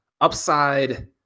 upside